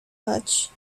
much